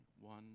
one